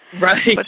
Right